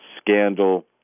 scandal